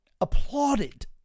applauded